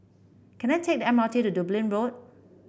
can I take the M R T to Dublin Road